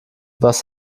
was